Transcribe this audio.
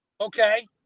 Okay